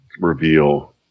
reveal